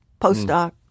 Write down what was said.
postdoc